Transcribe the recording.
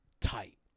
tight